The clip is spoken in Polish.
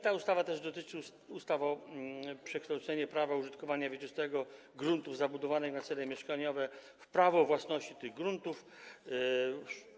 Ta ustawa dotyczy też ustawy o przekształceniu prawa użytkowania wieczystego gruntów zabudowanych na cele mieszkaniowe w prawo własności tych gruntów.